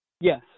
Yes